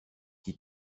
qui